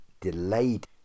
delayed